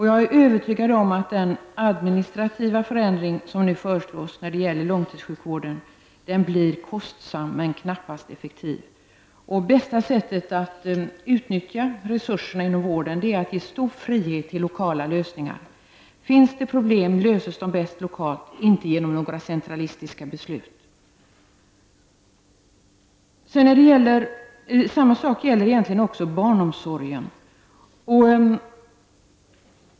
Jag är övertygad om att den administrativa förändring som nu föreslås när det gäller långtidssjukvården blir kostsam, men knappast effektiv. Bästa sättet att utnyttja resurserna inom vården är att ge stor frihet åt lokala lösningar. Finns det problem löses de bättre lokalt och inte genom några centralistiska beslut. Samma sak gäller egentligen också barnomsorgen.